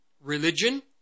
Religion